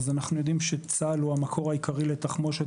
אז אנחנו יודעים שצה"ל הוא המקור העיקרי לתחמושת